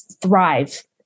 thrive